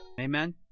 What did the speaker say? Amen